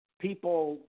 People